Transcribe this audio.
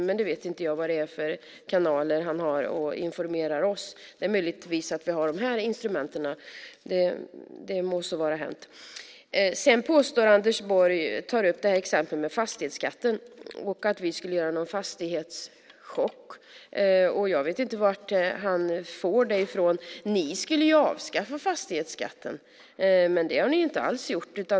Jag vet inte vad det är för kanaler han har för att informera oss. Men det är möjligt att vi har de instrumenten; det må vara hänt. Anders Borg tar upp exemplet med fastighetsskatten och påstår att vi skulle göra en fastighetschock. Jag vet inte var han får det ifrån. Ni skulle ju avskaffa fastighetsskatten, men det har ni inte alls gjort.